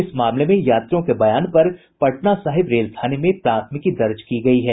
इस मामले में यात्रियों के बयान पर पटना साहिब रेल थाने में प्राथमिकी दर्ज की गयी है